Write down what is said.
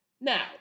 now